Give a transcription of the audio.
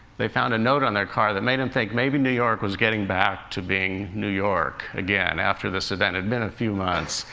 they found a note on their car that made them think maybe new york was getting back to being new york again after this event it had been a few months.